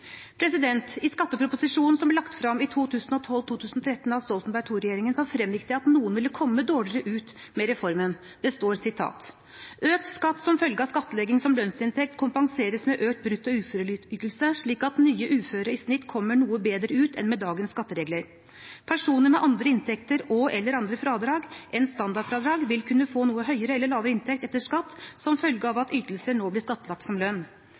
I skatteproposisjonen som ble lagt frem i 2012–2013 av Stoltenberg II-regjeringen, fremgikk det at noen ville komme dårligere ut med reformen. Det står om skattlegging som lønnsinntekt: «Økt skatt som følge av dette skal kompenseres med økt brutto uføreytelse slik at nye uføre i snitt kommer noe bedre ut enn med dagens skatteregler.» Det står videre: «Personer med andre inntekter og/eller andre fradrag enn standardfradrag vil kunne få en noe høyere eller lavere inntekt etter skatt som følge av at ytelser blir skattlagt som lønn.»